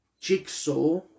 jigsaw